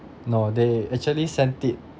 no they actually sent it